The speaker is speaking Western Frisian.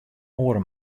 oare